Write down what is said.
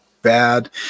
bad